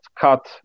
cut